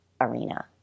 arena